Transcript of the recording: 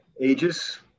ages